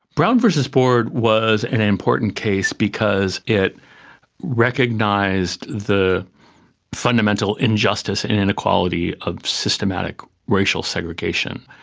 brown versus board was an important case because it recognised the fundamental injustice and inequality of systematic racial segregation.